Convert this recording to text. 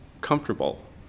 comfortable